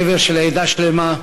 שבר של עדה שלמה,